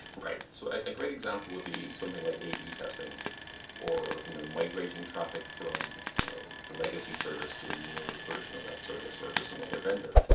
right. so a great example would be something like a b testing or you know migrating traffic from you know a legacy service to a newer version of that service or just some other vendor.